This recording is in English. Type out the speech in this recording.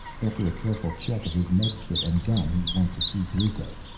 after a careful check of his medikit and gun he went to see brucco.